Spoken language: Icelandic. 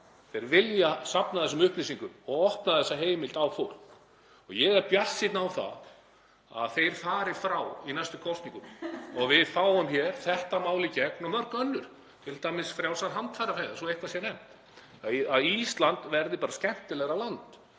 Þeir vilja safna þessum upplýsingum og opna þessa heimild á fólk. Ég er bjartsýnn á það að þeir fari frá í næstu kosningum og við fáum hér þetta mál í gegn og mörg önnur, t.d. frjálsar handfæraveiðar, svo eitthvað sé nefnt, að Ísland verði bara skemmtilegra land.